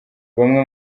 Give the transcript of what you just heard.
bamwe